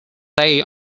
day